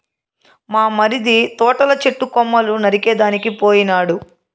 మా మరిది తోటల చెట్టు కొమ్మలు నరికేదానికి పోయినాడు